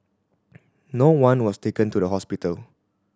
no one was taken to the hospital